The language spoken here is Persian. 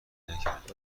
نکرده